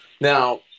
Now